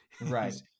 Right